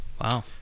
Wow